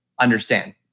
understand